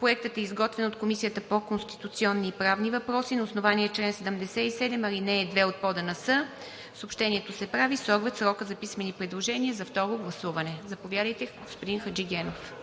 Проектът е изготвен от Комисията по конституционни и правни въпроси на основание чл. 77, ал. 2 от ПОДНС. Съобщението се прави с оглед срока за писмени предложения за второ гласуване. Заповядайте, господин Хаджигенов.